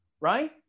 right